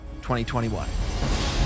2021